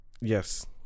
Yes